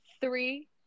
Three